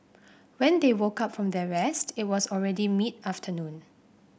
when they woke up from their rest it was already mid afternoon